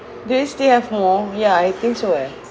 do you still have more ya I think so eh